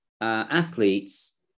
athletes